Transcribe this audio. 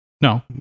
No